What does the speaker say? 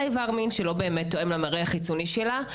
איבר מין שלא תואם את המראה החיצוני שלה.